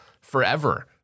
forever